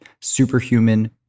Superhuman